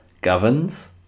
governs